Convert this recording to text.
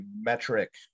metric